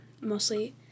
mostly